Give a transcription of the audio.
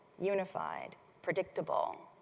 unified, predictable,